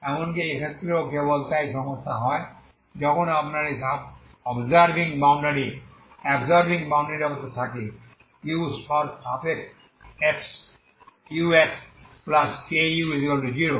এমনকি এই ক্ষেত্রেও কেবল তখনই সমস্যা হয় যখন আপনার এই আবসরবিং বাউন্ডারি অবস্থা থাকে uxku0